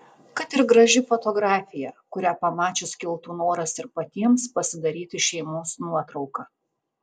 kad ir graži fotografija kurią pamačius kiltų noras ir patiems pasidaryti šeimos nuotrauką